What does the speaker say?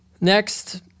Next